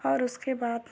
और उसके बाद